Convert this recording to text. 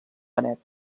benet